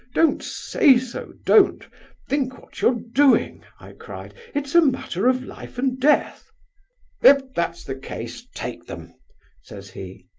don't say so, don't think what you're doing i cried it's a matter of life and death if that's the case, take them says he.